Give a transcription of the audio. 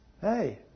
Hey